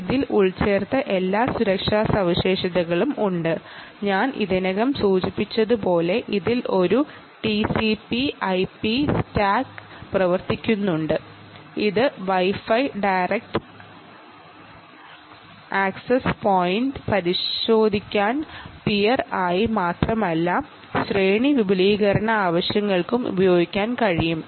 ഇതിൽ എല്ലാ സുരക്ഷാ സവിശേഷതകളും എമ്പഡഡ് ചെയ്തിട്ടുണ്ട് ഞാൻ ഇതിനകം സൂചിപ്പിച്ചതുപോലെ അതിൽ ഒരു ടിസിപി ഐപി സ്റ്റാക്ക് പ്രവർത്തിക്കുന്നുണ്ട് ഇത് wifi direct access point പരിശോധിക്കാൻ പിയർ ആയി മാത്രമല്ല ശ്രേണി വിപുലീകരണ ആവശ്യങ്ങൾക്കും ഉപയോഗിക്കാൻ കഴിയും